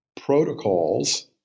protocols